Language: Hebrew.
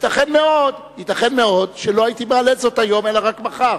ייתכן מאוד שלא הייתי מעלה זאת היום אלא רק מחר.